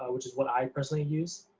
which is what i personally use,